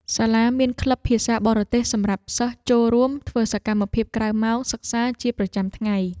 សាលាមានក្លឹបភាសាបរទេសសម្រាប់សិស្សចូលរួមធ្វើសកម្មភាពក្រៅម៉ោងសិក្សាជាប្រចាំថ្ងៃ។